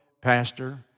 pastor